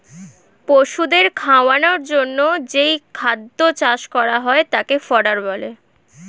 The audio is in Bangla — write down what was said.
পশুদের খাওয়ানোর জন্যে যেই খাদ্য চাষ করা হয় তাকে ফডার বলে